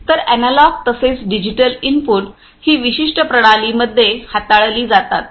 तर एनालॉग तसेच digital input ही विशिष्ट प्रणालीमध्ये हाताळली जातात